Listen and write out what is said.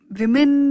women